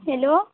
hello